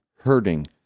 hurting